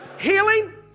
healing